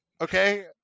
Okay